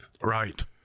Right